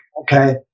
Okay